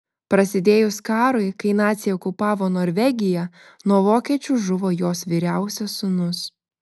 prasidėjus karui kai naciai okupavo norvegiją nuo vokiečių žuvo jos vyriausias sūnus